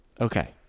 Okay